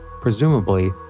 Presumably